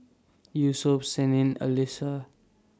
Yusuf Senin Alyssa